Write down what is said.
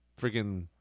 freaking